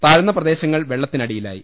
താഴ്ന്ന പ്രദേശങ്ങൾ വെള്ളത്തി നടിയിലായി